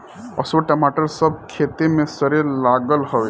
असो टमाटर सब खेते में सरे लागल हवे